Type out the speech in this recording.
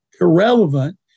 Irrelevant